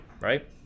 right